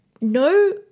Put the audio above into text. no